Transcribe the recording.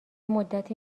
مدتی